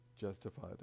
justified